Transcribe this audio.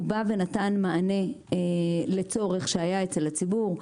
הוא בא ונתן מענה לצורך שהיה אצל הציבור.